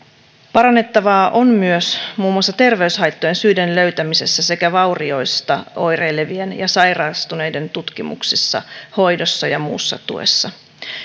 parannettavaa on myös muun muassa terveyshaittojen syiden löytämisessä sekä vaurioista oireilevien ja sairastuneiden tutkimuksissa hoidossa ja muussa tuessa